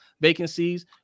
vacancies